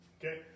Okay